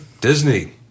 Disney